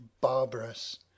barbarous